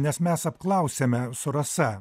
nes mes apklausėme su rasa